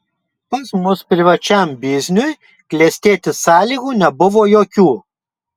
pas mus privačiam bizniui klestėti sąlygų nebuvo jokių